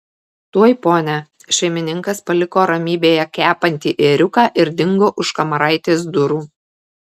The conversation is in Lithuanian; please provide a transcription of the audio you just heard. tuoj pone šeimininkas paliko ramybėje kepantį ėriuką ir dingo už kamaraitės durų